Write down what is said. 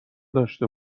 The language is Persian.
داشته